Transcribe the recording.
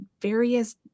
various